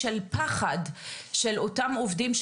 של פחד של אותם עובדים,